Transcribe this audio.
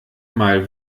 mal